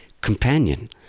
companion